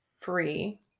free